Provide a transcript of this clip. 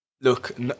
look